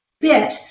bit